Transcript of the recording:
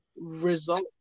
result